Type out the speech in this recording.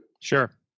Sure